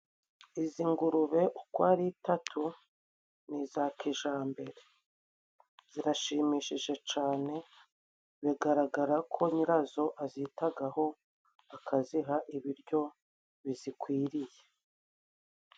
Izi ngurube uko ari itatu ni iza kijambere, zirashimishije cane, bigaragara ko nyirazo azitagaho akaziha ibiryo bizikwiriye.